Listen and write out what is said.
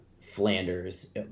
Flanders